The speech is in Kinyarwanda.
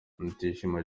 mutijima